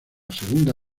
segunda